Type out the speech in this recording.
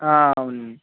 అవునండీ